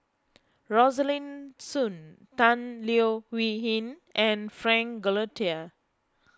Rosaline Soon Tan Leo Wee Hin and Frank Cloutier